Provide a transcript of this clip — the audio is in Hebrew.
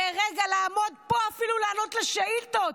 לרגע, לעמוד פה, אפילו לענות על שאילתות.